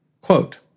Quote